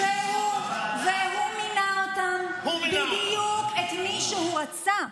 והוא מינה אותם, בדיוק את מי שהוא רצה.